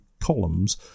columns